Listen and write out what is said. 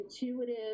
intuitive